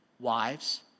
wives